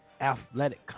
Athletic